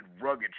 rugged